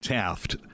Taft